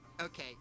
okay